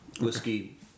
whiskey